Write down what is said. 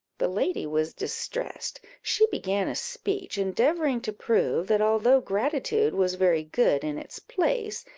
the lady was distressed. she began a speech, endeavouring to prove, that although gratitude was very good in its place,